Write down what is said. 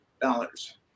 dollars